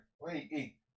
Wait